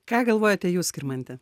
ką galvojate jūs skirmante